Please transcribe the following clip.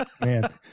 Man